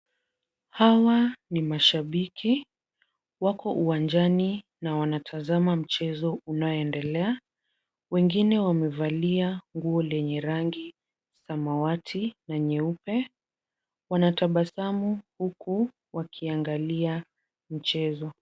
Hawa ni mashabiki. Wako uwanjani na wanatazama mchezo unaoendelea. Wengine wamevalia nguo lenye rangi samawati na nyeupe. Wanatabasamu huku wakiangalia mchezo.